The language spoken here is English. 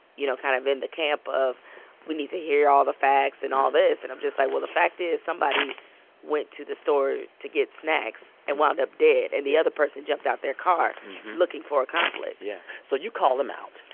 you know, kind of in the camp of we need to hear all the facts and all this. and i'm just like, well, the fact is somebody went to the store to get snacks and wound up dead and the other person jumped out their car looking for a conflict yeah. so you call him out.